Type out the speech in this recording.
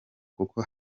kuko